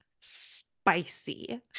spicy